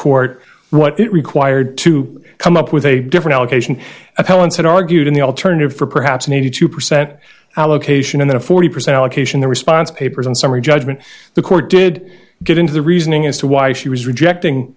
court what it required to come up with a different allocation appellants had argued in the alternative for perhaps an eighty two percent allocation of forty percent allocation the response papers and summary judgment the court did get into the reasoning as to why she was rejecting